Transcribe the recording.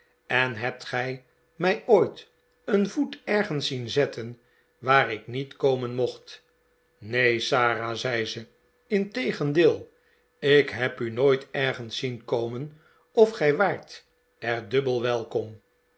en hebt ge mij ooit een voet ergens zien zetten waar ik niet komen mocht neen sara zei ze integendeel ik heb u nooit ergens zien komen of gij waart er dubbel welkom